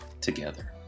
together